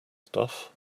stuff